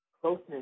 closeness